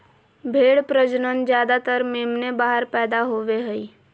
भेड़ प्रजनन ज्यादातर मेमने बाहर पैदा होवे हइ